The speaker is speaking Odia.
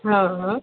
ହଁ ହଁ